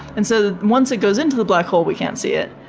and so once it goes in to the black hole, we can't see it,